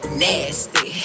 nasty